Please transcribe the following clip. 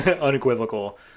unequivocal